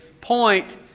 point